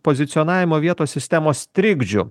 pozicionavimo vietos sistemos trikdžių